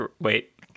Wait